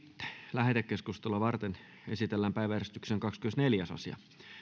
lähetekeskustelua varten esitellään päiväjärjestyksen kahdeskymmenesneljäs asia